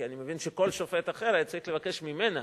כי אני מבין שכל שופט אחר היה צריך לבקש ממנה,